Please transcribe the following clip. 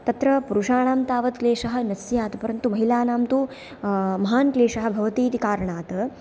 तत्र पुरुषाणां तावत् क्लेशः न स्यात् परन्तु महिलानां तु महान् क्लेशः भवतीति कारणात्